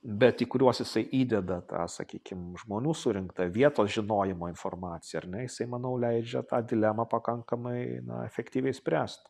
bet į kuriuos jisai įdeda tą sakykim žmonių surinktą vietos žinojimo informaciją ar ne jisai manau leidžia tą dilemą pakankamai efektyviai spręst